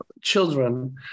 children